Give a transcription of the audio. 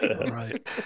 right